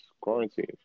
quarantine